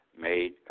Made